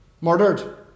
murdered